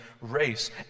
race